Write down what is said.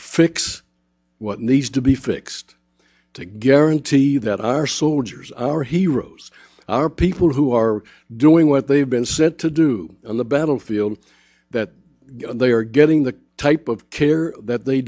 fix what needs to be fixed to guarantee that our soldiers our heroes our people who are doing what they've been sent to do on the battlefield that they are getting the type of care that they